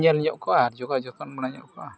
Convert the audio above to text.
ᱧᱮᱞ ᱧᱚᱜ ᱠᱚᱣᱟ ᱟᱨ ᱡᱳᱜᱟᱣ ᱡᱚᱛᱚᱱ ᱵᱟᱲᱟ ᱧᱚᱜ ᱠᱚᱣᱟ